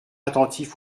attentif